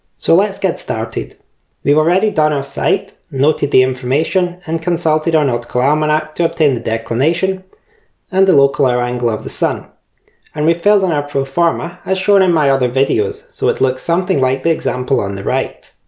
so let's get started we've already done our sight, noted the information and consulted our nautical almanac to obtain the declination and local hour angle of the sun and we've filled in our pro forma as shown in my other videos so it looks something like the example on the right.